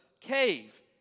cave